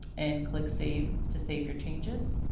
and click save to save your changes.